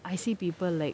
I see people like